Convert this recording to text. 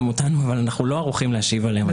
אותנו אבל אנחנו לא ערוכים להשיב עליהן.